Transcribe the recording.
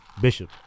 Bishop